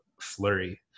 flurry